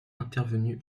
intervenu